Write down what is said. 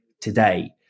today